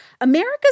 America's